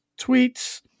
tweets